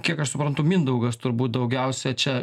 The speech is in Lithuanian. kiek aš suprantu mindaugas turbūt daugiausia čia